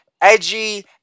Edgy